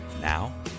Now